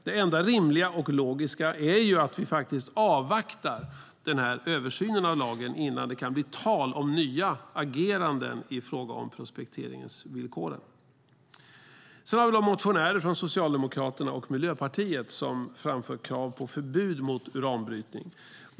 Det enda rimliga och logiska är ju att vi avvaktar den här översynen av lagen innan det blir tal om nya ageranden i fråga om prospekteringsvillkoren. Sedan har vi motionärer från Socialdemokraterna och Miljöpartiet som framför krav på förbud mot uranbrytning.